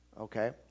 okay